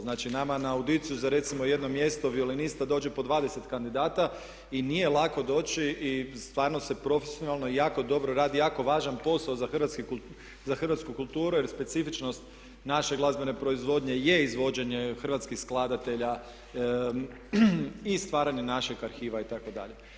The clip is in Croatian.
Znači, nama na audiciju za recimo jedno mjesto violinista dođe po 20 kandidata i nije lako doći i stvarno se profesionalno i jako dobro radi jako važan posao za hrvatsku kulturu jer specifičnost naše glazbene proizvodnje je izvođenje hrvatskih skladatelja i stvaranje našeg arhiva itd.